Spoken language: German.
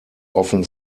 offen